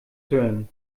hören